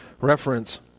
reference